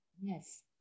yes